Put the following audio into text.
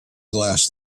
glass